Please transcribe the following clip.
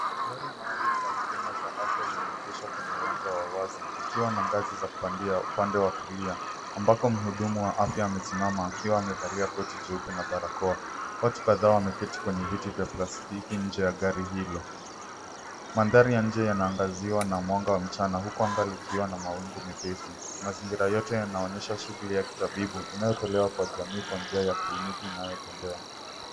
Gari maalum la huduma za afya limeegeshwa kwenye uwanja wa wazi, likiwa na ngazi za kupandia upande wa kulia, ambako mhudumu wa afya amesimama akiwa amevalia koti jeupe na barakoa. Watu kadhaa wameketi kwenye viti vya plastiki nje ya gari hilo. Mandhari ya nje yanaangaziwa na mwanga wa mchana, huku anga likiwa na mawingu mepesi. Mazingira yote yanaonyesha shughuli ya kitabibu inayotolewa kwa jamii kwa njia ya kliniki inayotembea.